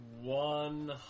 One